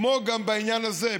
כמו גם בעניין הזה.